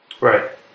Right